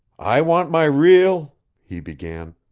i want my real he began.